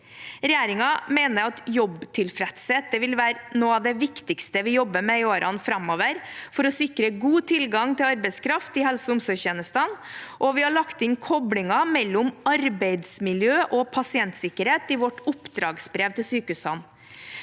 Regjeringen mener at jobbtilfredshet vil være noe av det viktigste vi jobber med i årene framover for å sikre god tilgang til arbeidskraft i helse- og omsorgstjenestene, og vi har lagt inn koblingen mellom arbeidsmiljø og pasientsikkerhet i vårt oppdragsbrev til sykehusene.